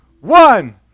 one